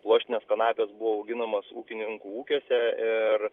pluoštinės kanapės buvo auginamos ūkininkų ūkiuose ir